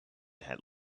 had